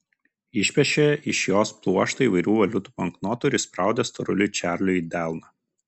išpešė iš jos pluoštą įvairių valiutų banknotų ir įspraudė storuliui čarliui į delną